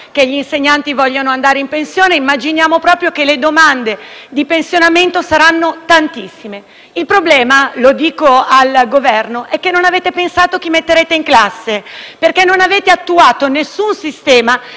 che gli insegnanti vogliono andare in pensione e immaginiamo proprio che le domande di pensionamento saranno tantissime. Il problema - e mi rivolgo al Governo - è che non avete pensato chi metterete in classe, perché non avete attuato alcun sistema